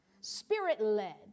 spirit-led